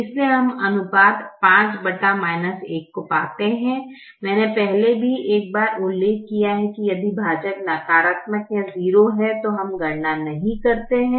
इसलिए हम अनुपातों 5 को पाते हैं मैंने पहले ही एक बार उल्लेख किया है यदि भाजक नकारात्मक या 0 है तो हम गणना नहीं करते हैं